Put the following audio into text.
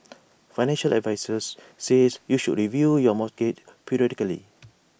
financial advisers says you should review your mortgage periodically